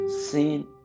sin